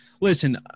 listen